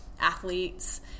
athletes